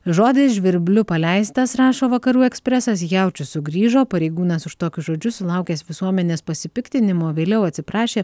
žodis žvirbliu paleistas rašo vakarų ekspresas jaučius sugrįžo pareigūnas už tokius žodžius sulaukęs visuomenės pasipiktinimo vėliau atsiprašė